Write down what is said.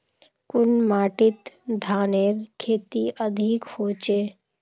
कुन माटित धानेर खेती अधिक होचे?